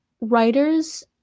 writers